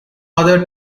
other